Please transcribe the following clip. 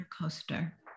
coaster